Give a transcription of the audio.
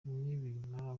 nibamara